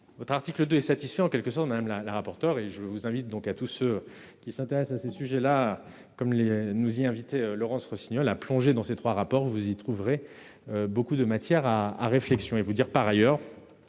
votre article 2 est satisfait, quelle que soit on aime la la rapporteure et je vous invite donc à tous ceux qui s'intéressent à ces sujets-là, comme nous y a invités Laurence Rossignol a plongé dans ces 3 rapports, vous y trouverez beaucoup de matière à à réflexion et vous dire par ailleurs